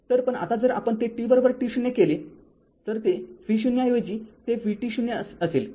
तर पण आता जर आपण ते t t0 केले तर ते v0 ऐवजी ते vt0 असेल